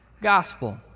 gospel